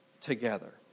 together